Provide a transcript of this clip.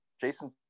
Jason